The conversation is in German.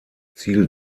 ziel